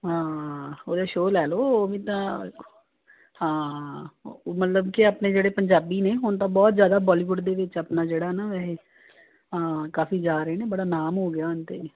ਹਾਂ ਉਹਦੇ ਸ਼ੋ ਲੈ ਲਓ ਉਹ ਵੀ ਤਾਂ ਹਾਂ ਉਹ ਮਤਲਬ ਕਿ ਆਪਣੇ ਜਿਹੜੇ ਪੰਜਾਬੀ ਨੇ ਹੁਣ ਤਾਂ ਬਹੁਤ ਜ਼ਿਆਦਾ ਬਾਲੀਵੁੱਡ ਦੇ ਵਿੱਚ ਆਪਣਾ ਜਿਹੜਾ ਨਾ ਇਹ ਹਾਂ ਕਾਫੀ ਜਾ ਰਹੇ ਨੇ ਬੜਾ ਨਾਮ ਹੋ ਗਿਆ ਹੁਣ ਤਾਂ